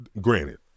Granted